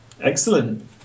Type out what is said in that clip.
Excellent